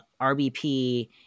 RBP